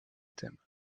thèmes